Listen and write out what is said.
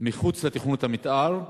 מחוץ לתוכנית המיתאר,